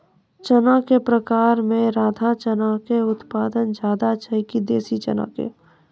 चना के प्रकार मे राधा चना के उत्पादन ज्यादा छै कि देसी चना के?